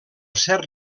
cert